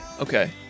Okay